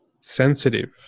sensitive